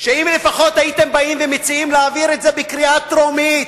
שאם לפחות הייתם באים ומציעים להעביר את זה בקריאה טרומית,